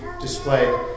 displayed